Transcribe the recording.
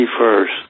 first